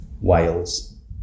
Wales